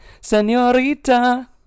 Senorita